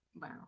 wow